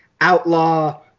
outlaw